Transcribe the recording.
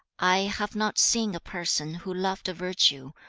i have not seen a person who loved virtue,